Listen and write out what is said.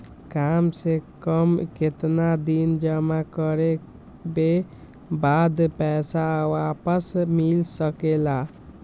काम से कम केतना दिन जमा करें बे बाद पैसा वापस मिल सकेला?